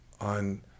on